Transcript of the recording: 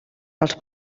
els